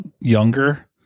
younger